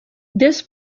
this